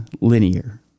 linear